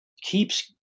keeps